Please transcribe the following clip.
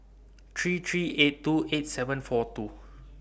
three three eight two eight seven four two